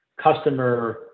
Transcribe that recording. customer